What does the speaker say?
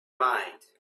mind